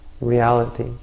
reality